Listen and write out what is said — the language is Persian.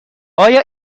آیا